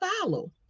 follow